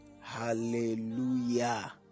Hallelujah